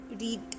read